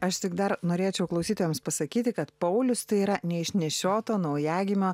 aš tik dar norėčiau klausytojams pasakyti kad paulius tai yra neišnešioto naujagimio